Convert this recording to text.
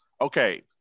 okay